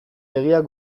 begiak